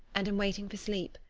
and am waiting for sleep,